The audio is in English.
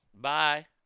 Bye